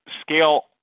scale